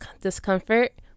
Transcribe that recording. discomfort